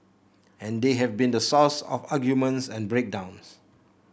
and they have been the source of arguments and break downs